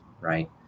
right